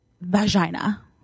vagina